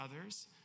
others